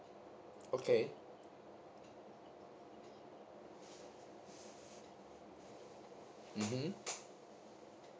okay mmhmm